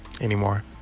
anymore